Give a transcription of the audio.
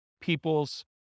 people's